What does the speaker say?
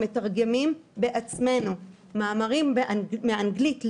מתרגמים בעצמנו מאמרים מאנגלית לעברית,